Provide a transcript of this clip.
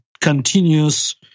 continuous